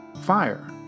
fire